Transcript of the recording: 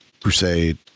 Crusade